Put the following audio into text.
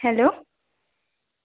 hello